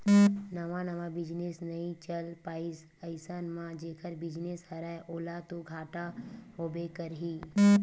नवा नवा बिजनेस नइ चल पाइस अइसन म जेखर बिजनेस हरय ओला तो घाटा होबे करही